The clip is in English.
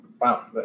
Wow